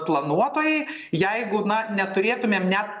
planuotojai jeigu na neturėtumėm net